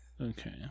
Okay